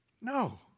No